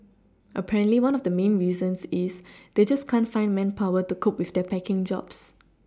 apparently one of the main reasons is they just can't find manpower to cope with their packing jobs